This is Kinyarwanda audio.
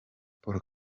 paul